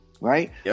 Right